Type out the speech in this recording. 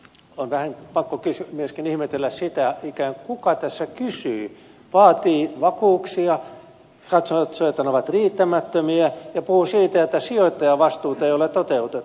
on vähän pakko myöskin ihmetellä sitä kuka tässä kysyy vaatii vakuuksia katsoo että ne ovat riittämättömiä ja puhuu siitä että sijoittajavastuuta ei ole toteutettu